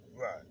Right